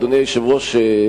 אדוני היושב-ראש,